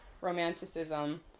romanticism